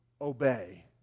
obey